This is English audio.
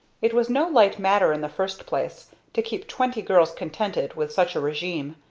it was no light matter in the first place to keep twenty girls contented with such a regime,